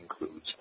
includes